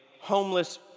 homeless